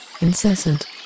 incessant